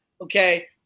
Okay